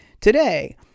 Today